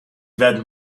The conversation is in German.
werden